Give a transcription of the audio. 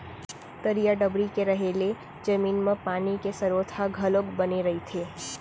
तरिया डबरी के रहें ले जमीन म पानी के सरोत ह घलोक बने रहिथे